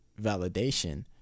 validation